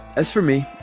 as for me,